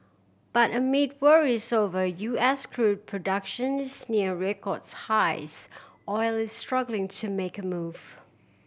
but amid worries over U S crude productions near record highs oil is struggling to make a move